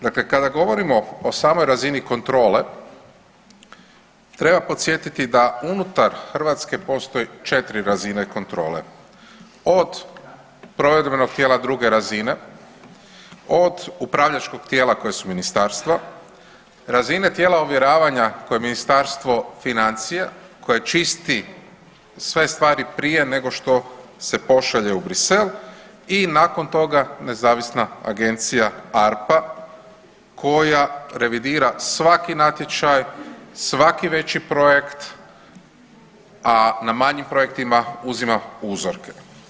Dakle, kada govorimo o samoj razini kontrole treba podsjetiti da unutar Hrvatske postoje 4 razine kontrole, od provedbenog tijela druge razine, od upravljačkog tijela koje su ministarstva, razine tijela uvjeravanja koje Ministarstvo financija koje čisti sve stvari prije nego što se pošalje u Brisel i nakon toga nezavisna Agencija ARPA koja revidira svaki natječaj, svaki veći projekt, a na manjim projektima uzima uzorke.